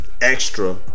Extra